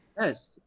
Yes